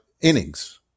innings